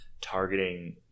targeting